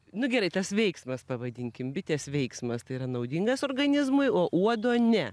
nu gerai tas veiksmas pavadinkim bitės veiksmas tai yra naudingas organizmui o uodo ne